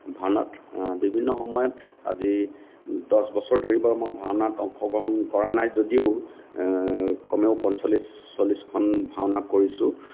ভাওনাত বিভিন্ন সময়ত আজি দহ বছৰ ধৰি বাৰু মই ভাওনাত অংশগ্ৰহণ কৰা নাই যদিও কমেও পঞ্চল্লিছ চল্লিছখন ভাওনা কৰিছোঁ